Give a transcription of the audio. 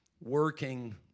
working